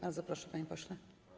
Bardzo proszę, panie pośle.